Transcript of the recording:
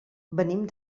venim